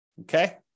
Okay